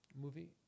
movie